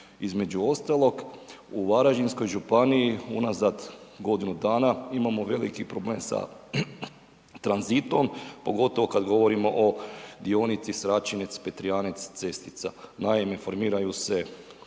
Između ostalo u Varaždinskoj županiji unazad godinu dana imamo veliki problem sa tranzitom, pogotovo kad govorimo o dionici Sraćinec – Petrijanec – Cestica. Naime, formiraju se